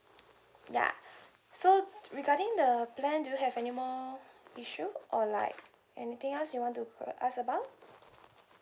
ya so regarding the plan do you have any more issue or like anything else you want to uh ask about